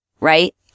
right